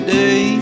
day